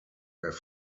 have